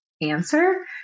answer